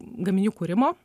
gaminių kūrimo